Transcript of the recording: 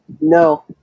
No